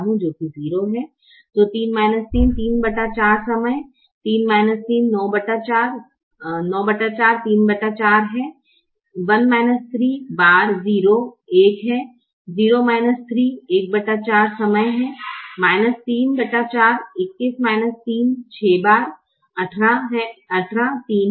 तो 3 3 x ¾ 3 94 34 है 1 1 है 0 3 x ¼ 0 34 34 21 21 18 3 है